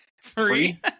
free